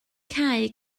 cau